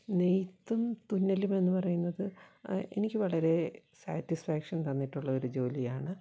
നെയ്ത്തും തുന്നലുമെന്നു പറയുന്നത് എനിക്ക് വളരെ സാറ്റിസ്ഫാക്ഷൻ തന്നിട്ടുള്ളൊരു ജോലിയാണ്